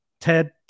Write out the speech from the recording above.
TED